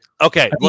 Okay